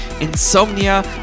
Insomnia